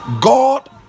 god